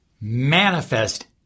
Manifest